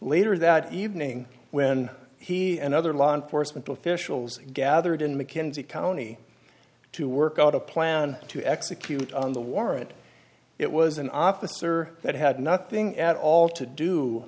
later that evening when he and other law enforcement officials gathered in mckenzie county to work out a plan to execute on the warrant it was an obvious or that had nothing at all to do